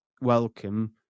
welcome